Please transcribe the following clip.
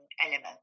element